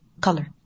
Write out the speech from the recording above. color